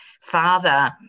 father